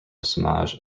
samaj